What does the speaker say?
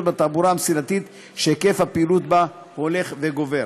בתעבורה המסילתית שהיקף הפעילות בה הולך וגובר.